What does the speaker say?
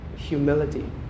Humility